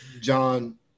John